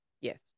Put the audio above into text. Yes